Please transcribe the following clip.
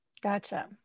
Gotcha